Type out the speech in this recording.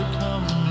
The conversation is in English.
come